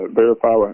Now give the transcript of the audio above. verify